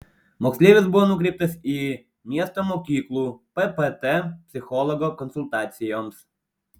moksleivis buvo nukreiptas į miesto mokyklų ppt psichologo konsultacijoms